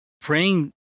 praying